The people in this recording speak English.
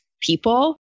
people